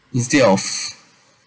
instead of